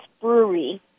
Brewery